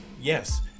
yes